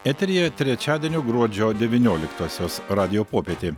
eteryje trečiadienio gruodžio devynioliktosios radijo popietė